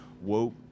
woke